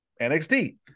NXT